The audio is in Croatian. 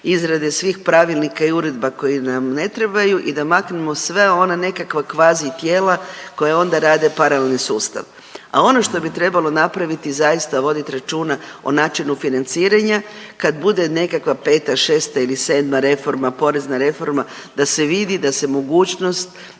izrade svih pravilnika i uredba koji nam ne trebaju i da maknemo sve ona nekakva kvazi tijela koja onda rade paralelni sustav. A ono što bi trebalo napraviti, zaista vodit računa o načinu financiranja kad bude nekakva 5, 6 ili 7 reforma, porezna reforma da se vidi da se mogućnost,